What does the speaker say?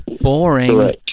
Boring